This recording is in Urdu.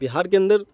بہار کے اندر